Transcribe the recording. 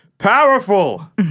Powerful